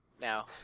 now